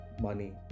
money